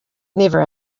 never